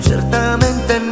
Certamente